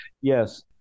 Yes